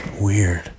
Weird